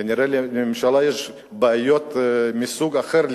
כנראה לממשלה יש בעיות מסוג אחר לגמרי.